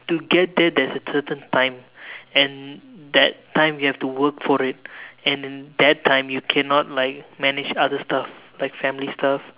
to get there there is a certain time and that time you have to work for it and that time you cannot like manage other stuff like family stuff